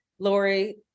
Lori